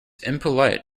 impolite